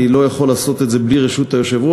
אני לא יכול לעשות את זה בלי רשות היושב-ראש,